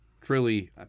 truly